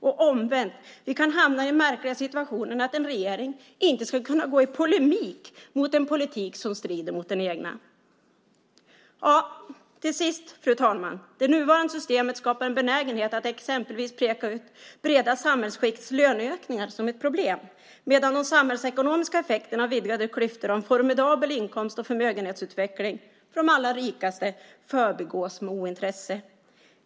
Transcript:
Och omvänt kan vi hamna i den märkliga situationen att en regering inte skulle kunna gå i polemik mot en politik som strider mot den egna. Till sist, fru talman: Det nuvarande systemet skapar en benägenhet att exempelvis peka ut breda samhällsskikts löneökningar som ett problem medan de samhällsekonomiska effekterna av vidgade klyftor och en formidabel inkomst och förmögenhetsutveckling för de allra rikaste förbigås med ointresse.